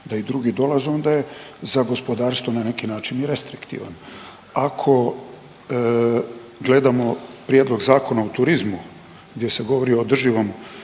da i drugi dolaze onda je za gospodarstvo na neki način i restriktivan. Ako gledamo prijedlog Zakona u turizmu gdje se govori o održivom